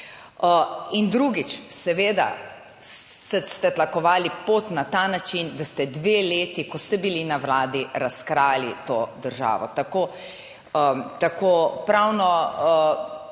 In drugič, seveda ste tlakovali pot na ta način, da ste dve leti, ko ste bili na vladi, razkrajali to državo,